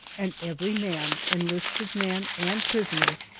and every man, enlisted man and prisoner,